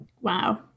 Wow